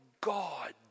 God